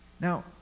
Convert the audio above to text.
Now